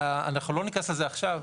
אנחנו לא ניכנס לזה עכשיו,